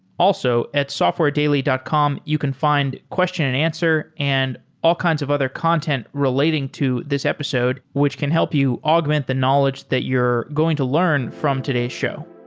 also, at software dot com, you can find question and answer and all kinds of other content relating to this episode which can help you augment the knowledge that you're going to learn from today's show.